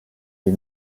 les